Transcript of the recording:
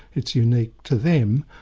it's unique to them,